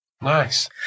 Nice